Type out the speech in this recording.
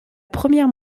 première